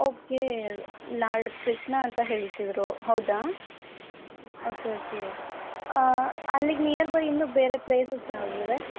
okay lord Krishna ಅಂತ ಹೇಳುತ್ತಿದ್ರು ಹೌದಾ ಓಕೆ ಓಕೆ ಅಲ್ಲಿಗೆ ನಿಯರ್ ಬೈ ಇನ್ನೂ ಬೇರೆ ಪ್ಲೇಸಸ್ ಯಾವುದಿದೆ